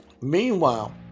Meanwhile